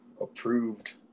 approved